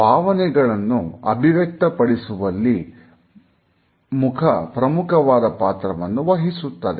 ಭಾವನೆಗಳನ್ನು ಅಭಿವ್ಯಕ್ತ ಪಡಿಸುವಲ್ಲಿ ಮುಖ ಪ್ರಮುಖವಾದ ಪಾತ್ರವನ್ನು ವಹಿಸುತ್ತದೆ